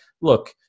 look